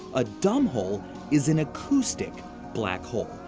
a dumbhole is an acoustic black hole.